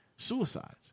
Suicides